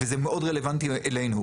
וזה מאוד רלוונטי אלינו.